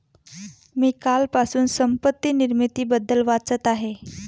मी कालपासून संपत्ती निर्मितीबद्दल वाचत आहे